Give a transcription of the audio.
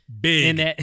big